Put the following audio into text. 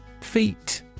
Feet